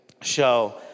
show